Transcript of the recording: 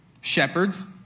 shepherds